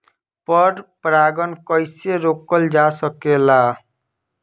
पर परागन कइसे रोकल जा सकेला?